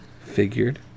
Figured